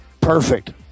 perfect